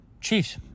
Chiefs